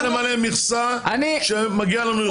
--- מכסה כשמגיע לנו יותר.